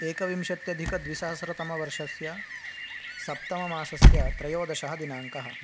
एकविंशत्यधिकद्विसहस्रतमवर्षस्य सप्तममासस्य त्रयोदशः दिनाङ्कः